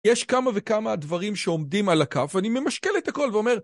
יש כמה וכמה דברים שעומדים על הקו, ואני ממשקל את הכל ואומר...